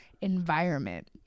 environment